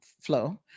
Flow